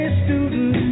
student